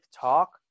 talk